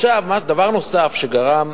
דבר נוסף שגרם,